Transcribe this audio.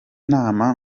nama